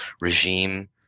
regime